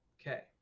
okay